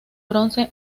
bronce